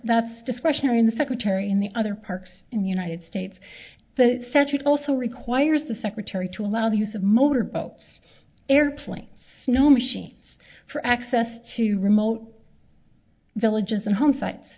that's discretionary in the secretary in the other parks in the united states that says it also requires the secretary to allow the use of motor boats airplanes snow machines for access to remote villages and home sites